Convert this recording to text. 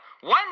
one